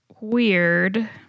weird